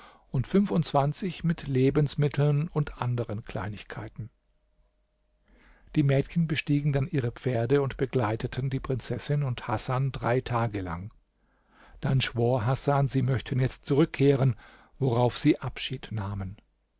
und fünfundzwanzig mit lebensmitteln und anderen kleinigkeiten die mädchen bestiegen dann ihre pferde und begleiteten die prinzessin und hasan drei tage lang dann schwor hasan sie möchten jetzt zurückkehren worauf sie abschied nahmen